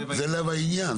זה לב העניין.